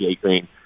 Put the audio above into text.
Green